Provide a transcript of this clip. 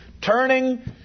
turning